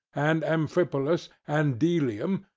and amphipolis, and delium,